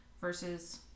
versus